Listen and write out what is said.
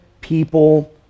people